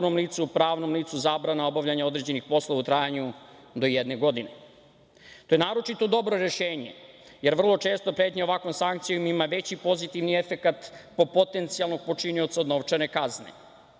pravnom licu, zabrana obavljanja određenih poslova u trajanju do jedne godine. To je naročito dobro rešenje jer vrlo često pretnja ovakvom sankcijom ima veći pozitivni efekat po potencijalnog počinioca od novčane kazne.U